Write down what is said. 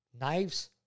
Knives